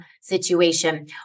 situation